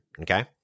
okay